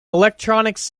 electronics